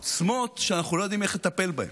והעוצמות שאנחנו לא יודעים איך לטפל בהן.